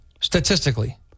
Statistically